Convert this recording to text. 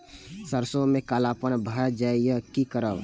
सरसों में कालापन भाय जाय इ कि करब?